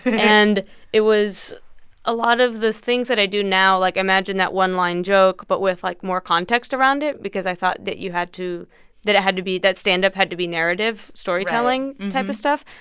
and it was a lot of those things that i do now. like, imagine that one-line joke but with, like, more context around it because i thought that you had to that it had to be that stand-up had to be narrative storytelling. right. and type of stuff.